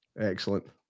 Excellent